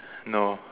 no